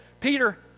Peter